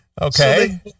Okay